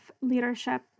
leadership